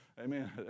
Amen